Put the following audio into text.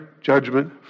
judgment